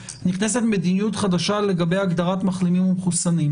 נכנסת מדיניות חדשה לגבי הגדרת מחלימים ומחוסנים.